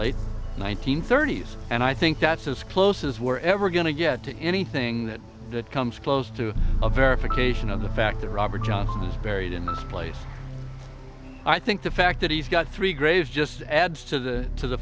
hundred thirty s and i think that's as close as we're ever going to get to anything that that comes close to a verification of the fact that robert johnson was buried in this place i think the fact that he's got three graves just adds to the to the